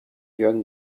joan